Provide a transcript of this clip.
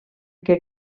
que